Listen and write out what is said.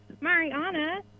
Mariana